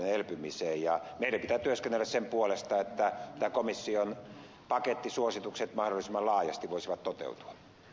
meidän pitää työskennellä sen puolesta että nämä komission pakettisuositukset mahdollisimman laajasti voisivat toteutua